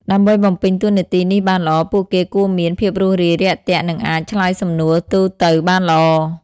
ដើម្បីបំពេញតួនាទីនេះបានល្អ ពួកគេគួរមាន ភាពរួសរាយរាក់ទាក់ និងអាច ឆ្លើយសំណួរទូទៅបានល្អ។